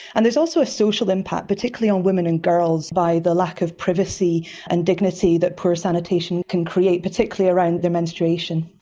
and there's also a social impact, particularly on women and girls by the lack of privacy and dignity that poor sanitation can create, particularly around their menstruation.